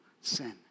sin